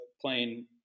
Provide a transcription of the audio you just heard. playing